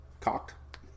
Cocked